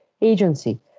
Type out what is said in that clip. agency